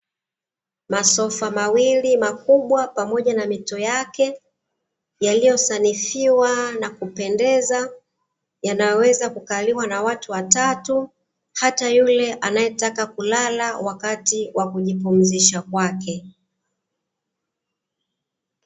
Masofa mawili makubwa pamoja na mito yake, yaliyosanifiwa na kupendeza, yanaweza kukaliwa na watu watatu, hata yule anayetaka kulala wakati wa kujipumzisha kwake.